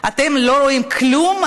אתם לא רואים כלום?